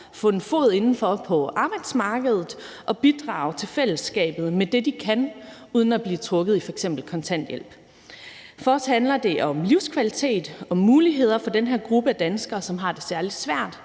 få en fod indenfor på arbejdsmarkedet og bidrage til fællesskabet med det, de kan, uden at blive trukket i f.eks. kontanthjælp. For os handler det om livskvalitet og muligheder for den her gruppe af danskere, som har det særlig svært.